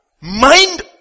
Mind